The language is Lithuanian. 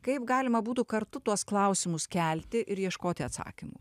kaip galima būtų kartu tuos klausimus kelti ir ieškoti atsakymų